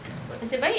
ya but